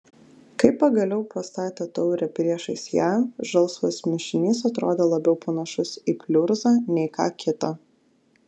kai pagaliau pastatė taurę priešais ją žalsvas mišinys atrodė labiau panašus į pliurzą nei ką kitą